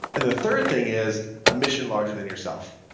and the third thing is a mission larger than yourself.